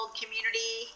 community